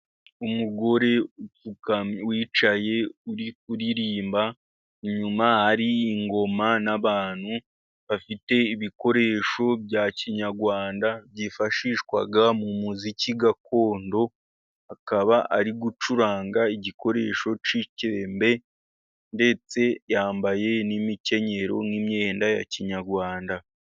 Umugore wicaye uri kuririmba inyuma hari ingoma n'abantu bafite ibikoresho bya Kinyarwanda byifashishwa mu muziki gakondo. Akaba ari gucuranga igikoresho cy'icyembe ndetse yambaye n'imikenyero nk'imyenda ya Kinyarwanda.